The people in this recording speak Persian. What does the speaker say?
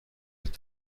بچه